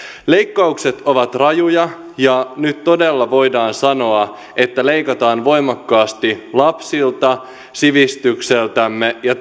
leikkaukset ovat rajuja ja nyt todella voidaan sanoa että leikataan voimakkaasti lapsilta sivistykseltämme ja